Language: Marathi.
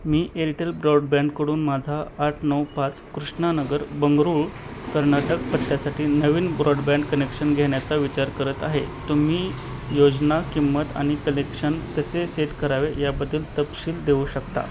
मी एअरटेल ब्रॉडबँडकडून माझा आठ नऊ पाच कृष्णा नगर बंगळुरू कर्नाटक पत्त्यासाठी नवीन ब्रॉडबँड कनेक्शन घेण्याचा विचार करत आहे तुम्ही योजना किंमत आणि कनेक्शन कसे सेट करावे याबद्दल तपशील देऊ शकता